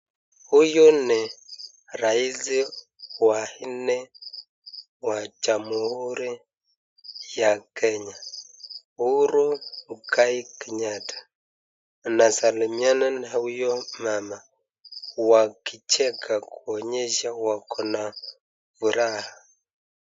Huyu ni rais wa nne wa Jamhuri ya Kenya. Uhuru Kenyatta. Anasali mnyana huyo mama wakicheka kuonyesha wakona furaha.